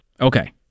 Okay